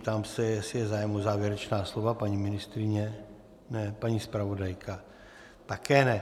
Ptám se, jestli je zájem o závěrečná slova paní ministryně ne, paní zpravodajka také ne.